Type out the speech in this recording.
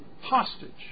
hostage